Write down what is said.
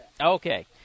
Okay